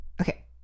Okay